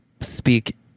speak